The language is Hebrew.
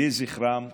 יהי זכרם ברוך.